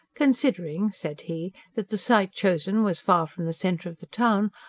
considering, said he, that the site chosen was far from the centre of the town,